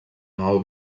maó